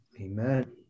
Amen